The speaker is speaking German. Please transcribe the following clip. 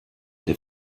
der